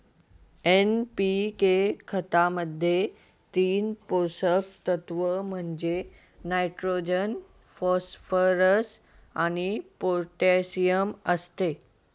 NPK खतामध्ये तीन पोषक तत्व म्हणजे नायट्रोजन, फॉस्फरस आणि पोटॅशियम असते